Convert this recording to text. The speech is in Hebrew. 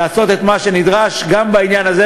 לעשות את מה שנדרש גם בעניין הזה,